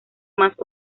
más